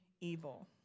evil